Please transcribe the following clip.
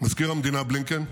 מזכיר המדינה בלינקן,